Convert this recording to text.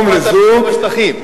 חושבים, בשטחים.